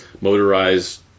motorized